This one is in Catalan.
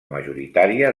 majoritària